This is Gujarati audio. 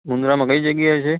મુન્દ્રામાં કઈ જગ્યાએ છે